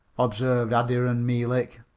observed adiran meelik.